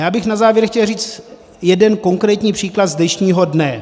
A já bych na závěr chtěl říct jeden konkrétní příklad z dnešního dne.